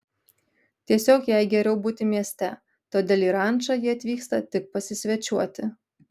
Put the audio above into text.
tiesiog jai geriau būti mieste todėl į rančą ji atvyksta tik pasisvečiuoti